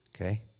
okay